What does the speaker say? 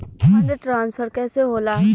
Fund transfer कैसे होला?